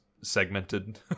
segmented